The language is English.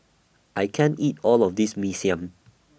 I can't eat All of This Mee Siam